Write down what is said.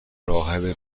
راهبی